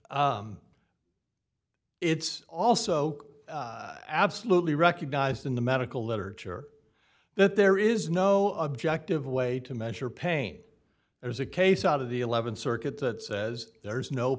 and it's also absolutely recognized in the medical literature that there is no objective way to measure pain there is a case out of the th circuit that says there is no